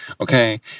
okay